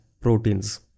proteins